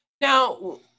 Now